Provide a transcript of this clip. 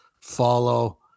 follow